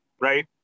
right